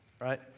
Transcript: Right